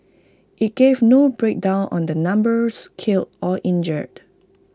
IT gave no breakdown on the numbers killed or injured